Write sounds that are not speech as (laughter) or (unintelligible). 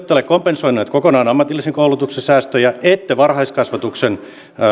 (unintelligible) te ette ole kompensoineet kokonaan ammatillisen koulutuksen säästöjä ette näitä varhaiskasvatuksen